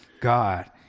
God